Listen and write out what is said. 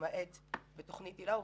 למעט בתכנית היל"ה.